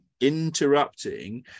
interrupting